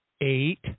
eight